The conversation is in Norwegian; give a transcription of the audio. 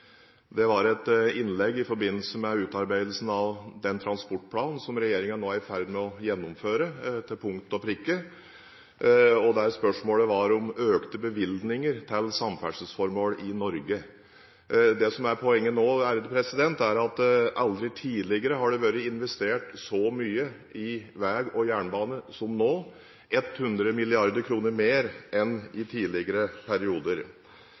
det var et innlegg i forbindelse med utarbeidelsen av den transportplanen som regjeringen nå er i ferd med å gjennomføre til punkt og prikke. Spørsmålet gjaldt økte bevilgninger til samferdselsformål i Norge. Det som er poenget nå, er at aldri tidligere har det vært investert så mye i veg og jernbane som nå – 100 mrd. kr mer enn i tidligere perioder.